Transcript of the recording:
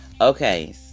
Okay